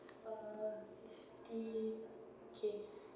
uh fifty gig